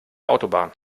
autobahn